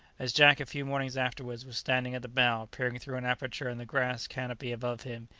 as jack, a few mornings afterwards, was standing at the bow peering through an aperture in the grass canopy above him,